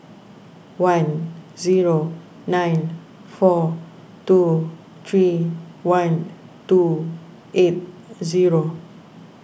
one zero nine four two three one two eight zero